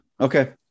Okay